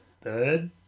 third